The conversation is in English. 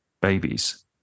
babies